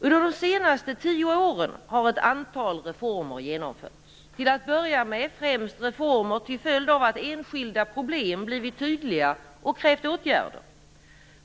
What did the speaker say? Under de senaste tio åren har ett antal reformer genomförts - till att börja med främst reformer till följd av att enskilda problem blivit tydliga och krävt åtgärder.